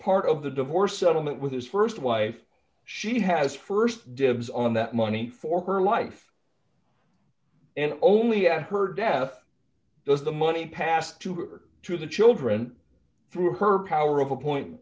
part of the divorce settlement with his st wife she has st dibs on that money for her life and only at her death does the money pass to or to the children through her power of a point